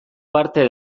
parte